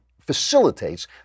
facilitates